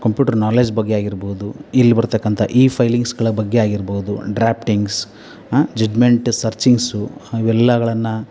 computer knowledge ಬಗ್ಗೆ ಆಗಿರ್ಬೋದು ಇಲ್ಲಿ ಬರತಕ್ಕಂತ ಇ ಫೈಲಿಂಗ್ಸ್ಗಳ ಬಗ್ಗೆ ಆಗಿರ್ಬೋದು ಡ್ರ್ಯಾಫ್ಟಿಂಗ್ಸ್ ಜಡ್ಜ್ಮೆಂಟು ಸರ್ಚಿಂಗ್ಸು ಇವೆಲ್ಲಗಳನ್ನು